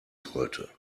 sollte